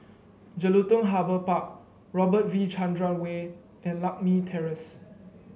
Jelutung Harbour Park Robert V Chandran Way and Lakme Terrace